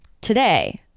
today